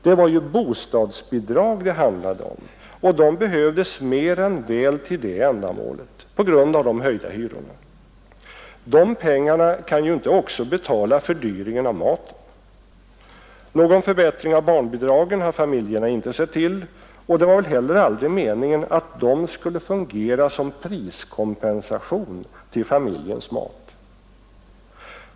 Det var ju bostadsbidrag det handlade om, och pengarna behövdes mer än väl till det ändamålet på grund av de höjda hyrorna. De pengarna kan ju inte också betala fördyringen av maten. Någon förbättring av barnbidragen har familjerna inte sett till, och det var heller aldrig meningen att de skulle fungera som priskompensation till familjens mat.